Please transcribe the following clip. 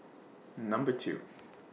Number two